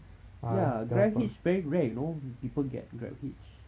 ya grabhitch very rare you know people get grabhitch